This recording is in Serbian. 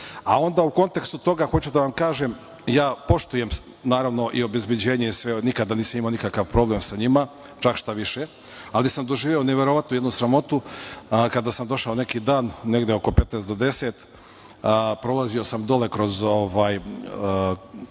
itd. Onda u kontekstu toga, hoću da vam kažem, ja poštujem i obezbeđenje, nikada nisam imao nikakav problem sa njima, štaviše, ali sam doživeo neverovatnu jednu sramotu, kada sam došao neki dan, negde oko petnaest do deset, prolazio sam dole kroz